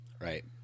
Right